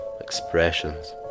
expressions